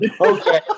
Okay